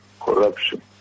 corruption